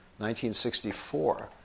1964